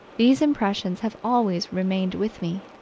these impressions have always remained with me.